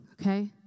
okay